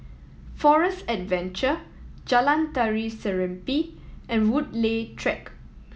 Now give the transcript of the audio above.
Forest Adventure Jalan Tari Serimpi and Woodleigh Track